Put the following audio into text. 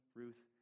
ruth